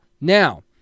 Now